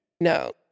No